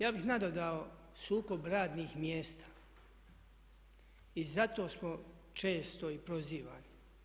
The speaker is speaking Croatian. Ja bih nadodao sukob radnih mjesta i zato smo često i prozivani.